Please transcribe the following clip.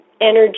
energy